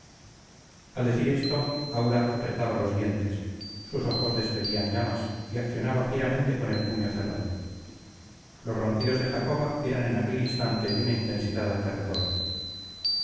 al decir esto aura apretaba los dientes sus ojos despedían llamas y accionaba fieramente con el puño cerrado los ronquidos de jacoba eran en aquel instante de una intensidad aterradora